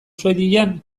suedian